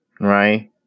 Right